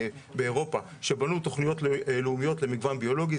באירופה כשבנו תוכניות לאומיות למגוון ביולוגי,